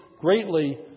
greatly